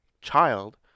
child